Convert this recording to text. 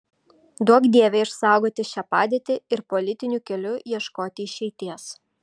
duok dieve išsaugoti šią padėtį ir politiniu keliu ieškoti išeities